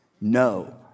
no